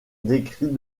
décrit